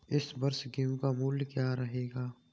इस वर्ष गेहूँ का मूल्य क्या रहेगा?